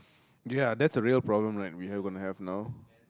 ya that's a real problem right we have we gonna have now